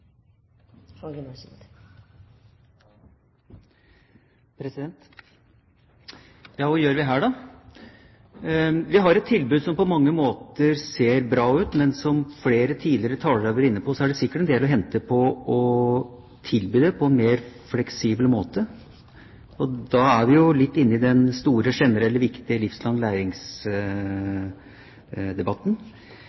Ja, hva gjør vi her da? Vi har et tilbud som på mange måter ser bra ut, men som flere tidligere talere har vært inne på, er det sikkert en del å hente på å tilby det på en mer fleksibel måte. Og da er vi jo litt inne i den store generelle, viktige livslang